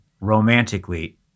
romantically